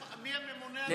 מי הממונה המקצועי?